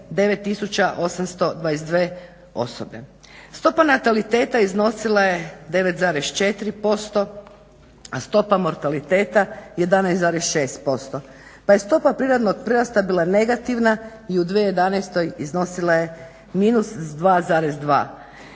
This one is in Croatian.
822 osobe. Stopa nataliteta iznosila je 9,4%, a stopa mortaliteta 11,6%, pa je stopa prirodnog prirasta bila negativna i u 2011.iznosila je minus 2,2.